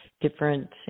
different